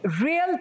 real